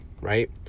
right